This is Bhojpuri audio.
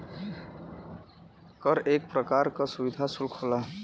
कर एक परकार का सुविधा सुल्क होला